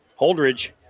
Holdridge